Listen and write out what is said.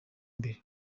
mbere